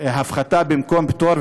במקום פטור.